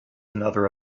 another